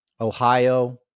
Ohio